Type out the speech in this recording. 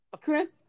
Chris